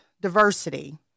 diversity